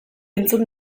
entzun